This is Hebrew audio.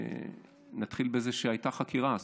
נתחיל בזה שהייתה חקירה.